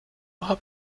habe